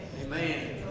Amen